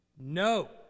No